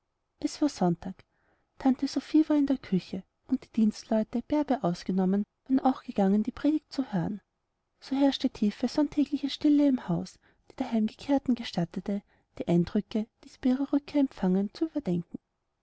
es war sonntag tante sophie war in der kirche und die dienstleute bärbe ausgenommen waren auch gegangen die predigt zu hören so herrschte tiefe sonntägliche stille im hause die der heimgekehrten gestattete die eindrücke die sie bei ihrer rückkehr empfangen zu überdenken